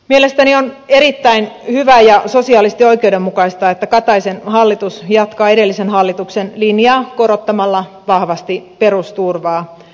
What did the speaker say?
mielestäni on erittäin hyvä ja sosiaalisesti oikeudenmukaista että kataisen hallitus jatkaa edellisen hallituksen linjaa korottamalla vahvasti perusturvaa